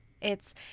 It's-